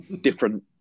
different